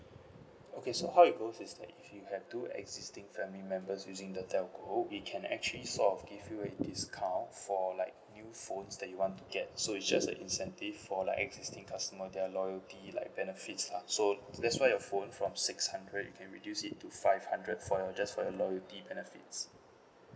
okay so how it goes is that if you have two existing family members using the telco we can actually sort of give you a discount for like new phones that you want to get so is just an incentive for like existing customer that are loyalty like benefits lah so that's why your phone from six hundred you can reduce it to five hundred for your just for your loyalty benefits